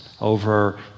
over